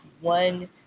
one